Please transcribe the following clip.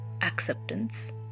acceptance